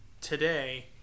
today